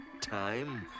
time